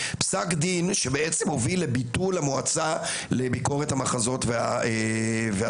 פסק דין שבעצם הוביל לביטול המועצה לביקורת המחזות והסרטים,